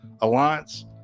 Alliance